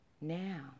Now